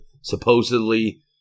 Supposedly